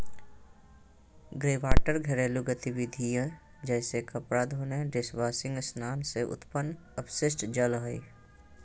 greywater घरेलू गतिविधिय जैसे कपड़े धोने, डिशवाशिंग स्नान से उत्पन्न अपशिष्ट जल हइ